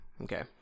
Okay